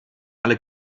aller